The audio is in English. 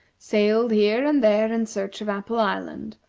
sailed here and there in search of apple island,